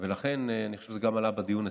ותפקיד המשטרה הוא לשמור על הסדר,